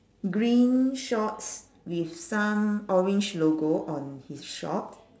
green shorts with some orange logo on his short